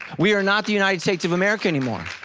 we are not the united states of america anymore.